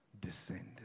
descended